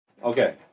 Okay